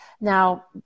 Now